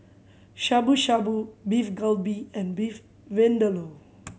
Shabu Shabu Beef Galbi and Beef Vindaloo